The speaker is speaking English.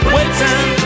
Waiting